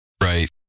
Right